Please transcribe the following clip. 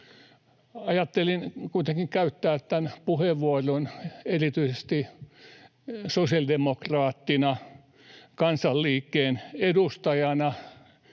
Ajattelin kuitenkin käyttää tämän puheenvuoron erityisesti sosiaalidemokraattina, kansanliikkeen edustajana,